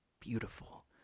beautiful